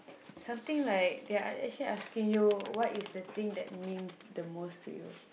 something like they are actually asking you what is the thing that means the most to you